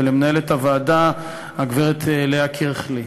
ולמנהלת הוועדה הגברת לאה קריכלי.